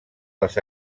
les